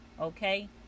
okay